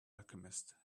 alchemist